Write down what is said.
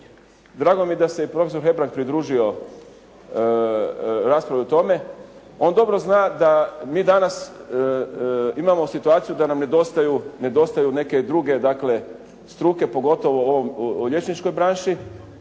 Drago mi je da se i profesor Hebrang pridružio raspravi o tome, on dobro zna da mi danas imamo situaciju da nam nedostaju neke druge, dakle struke, pogotovo u ovoj liječničkoj branši